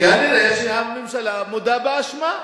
כנראה שהממשלה מודה באשמה.